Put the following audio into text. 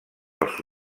els